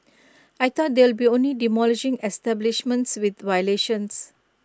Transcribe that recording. I thought they'll be only demolishing establishments with violations